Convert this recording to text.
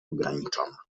ograniczona